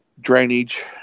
drainage